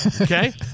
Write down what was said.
Okay